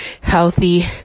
healthy